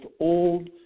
old